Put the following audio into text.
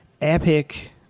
epic